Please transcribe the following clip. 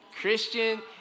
Christian